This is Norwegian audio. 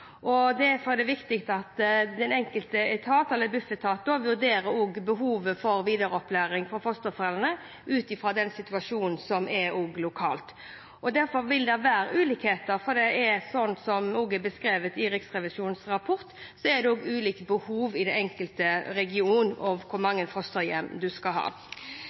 og derfor er det viktig at Bufetat også vurderer behovet for videreopplæring for fosterforeldre ut fra den lokale situasjonen. Derfor vil det være ulikheter, for det er – slik det også er beskrevet i Riksrevisjonens rapport – ulike behov i den enkelte region for hvor mange fosterhjem man må ha.